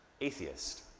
atheist